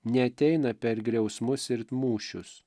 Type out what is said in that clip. neateina per griausmus ir mūšius